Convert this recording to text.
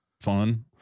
fun